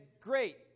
great